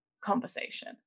conversation